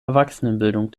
erwachsenenbildung